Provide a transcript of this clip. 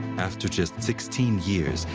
after just sixteen years,